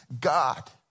God